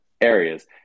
areas